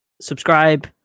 subscribe